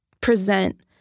present